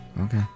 Okay